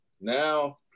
now